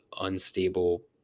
unstable